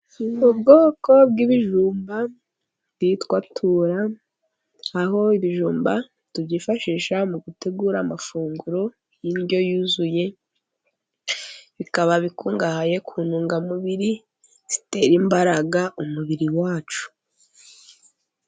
Ubwoko bw'ibijumba bwitwa tura, aho ibijumba tubyifashisha mu gutegura amafunguro y'indyo yuzuye, bikaba bikungahaye ku ntungamubiri zitera imbaraga umubiri wacu.